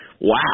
wow